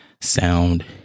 sound